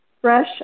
fresh